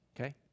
Okay